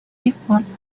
efforts